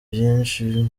byinshi